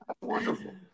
wonderful